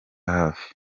hafi